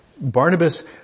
Barnabas